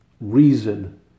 reason